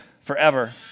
forever